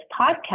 podcast